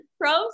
pros